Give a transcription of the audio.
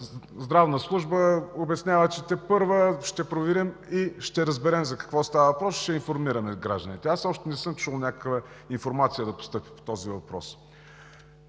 здравна служба обяснява – тепърва: „Ще проверим, ще разберем за какво става дума и ще информираме гражданите“. Аз още не съм чул някаква информация да постъпи по този проблем.